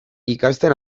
ikasten